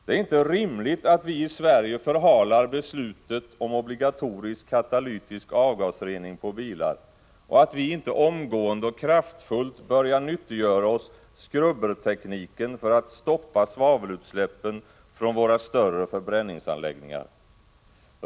Det är inte rimligt att vi i Sverige förhalar beslutet om obligatorisk katalytisk avgasrening på bilar och att vi inte omgående och kraftfullt börjar nyttiggöra oss skrubbertekniken för att stoppa svavelutsläppen från våra större förbränningsanläggningar.